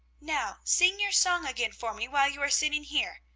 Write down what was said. now sing your song again for me, while you are sitting here,